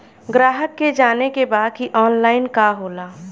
ग्राहक के जाने के बा की ऑनलाइन का होला?